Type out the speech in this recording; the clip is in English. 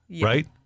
Right